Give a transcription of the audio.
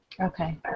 Okay